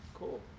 Cool